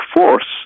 force